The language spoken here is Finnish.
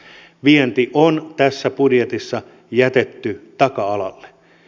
vienti on tässä budjetissa jätetty taka alalle